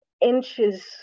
inches